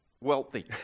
wealthy